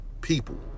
people